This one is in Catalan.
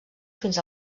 fins